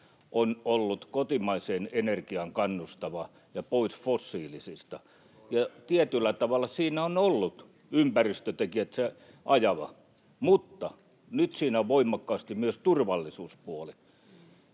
on ollut kotimaiseen energiaan kannustava ja pois fossiilisista, ja tietyllä tavalla siinä on ollut ajavana tekijänä ympäristötekijät mutta nyt voimakkaasti myös turvallisuuspuoli.